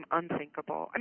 unthinkable